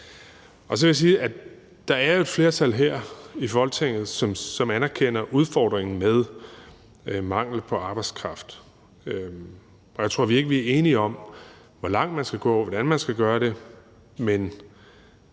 der er et flertal her i Folketinget, som anerkender udfordringen med mangel på arbejdskraft, og jeg tror ikke, vi er enige om, hvor langt man skal gå, og hvordan man skal gøre det,